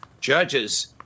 judges